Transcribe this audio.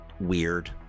weird